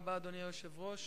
אדוני היושב-ראש,